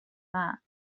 that